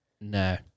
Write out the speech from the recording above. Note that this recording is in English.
No